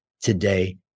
today